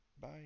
Bye